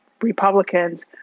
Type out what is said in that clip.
Republicans